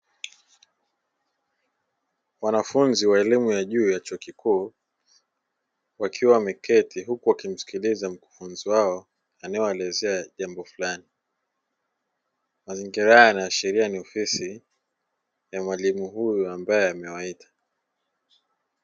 Wanafunzi wa elimu ya juu ya chuo kikuu wakiwa wameketi huku wakimskiliza mkufunzi wao anayewaelezea jambo fulani. Mazingira haya yanaashiria ni ofisi ya mwalimu huyo ambaye amewaita.